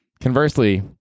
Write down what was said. Conversely